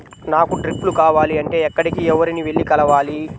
నాకు డ్రిప్లు కావాలి అంటే ఎక్కడికి, ఎవరిని వెళ్లి కలవాలి?